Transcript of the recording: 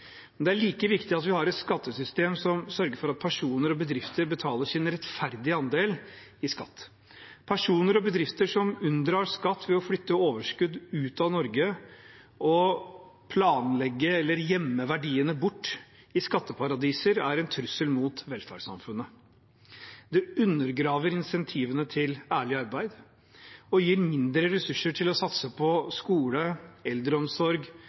men det er like viktig at vi har et skattesystem som sørger for at personer og bedrifter betaler sin rettferdige andel i skatt. Personer og bedrifter som unndrar skatt ved å flytte overskudd ut av Norge, og som planlegger eller gjemmer verdiene bort i skatteparadiser, er en trussel mot velferdssamfunnet. Det undergraver incentivene til ærlig arbeid og gir mindre ressurser til å satse på skole, eldreomsorg,